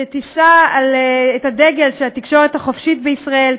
שתישא את הדגל של התקשורת החופשית בישראל,